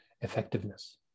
effectiveness